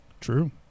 True